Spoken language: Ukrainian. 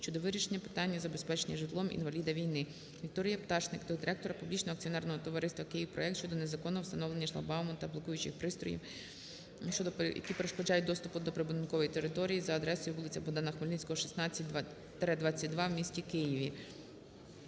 щодо вирішення питання забезпечення житлом інваліда війни. Вікторії Пташник до директора Публічного акціонерного товариства "КИЇВПРОЕКТ" щодо незаконного встановлення шлагбауму та блокуючих пристроїв, що… які перешкоджають доступу до прибудинкової території за адресою вулиця Богдана Хмельницького 16-22 у місті Києві.